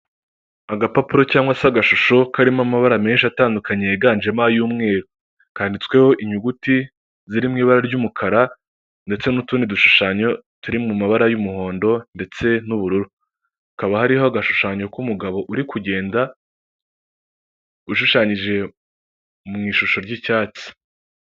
Agapapuro cyangwa se agashusho karimo amabara menshi atandukanye yiganjemo ay'umweru, kandiditsweho inyuguti ziri mu ibara ry'umukara ndetse n'utundi dushushanyo turi mu mabara y'umuhondo ndetse n'ubururu, hakaba hariho agashushanyo k'umugabo uri kugenda ushushanyije mu ishusho ry'icyatsi.